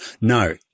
No